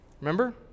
Remember